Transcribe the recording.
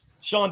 Sean